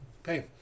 Okay